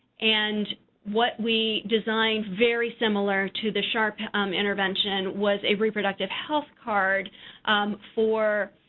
and what we designed, very similar to the sharp intervention, was a reproductive health card for,